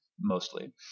mostly